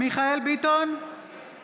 מיכאל מרדכי ביטון,